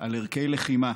על ערכי לחימה.